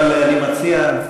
אבל אני מציע,